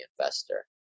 investor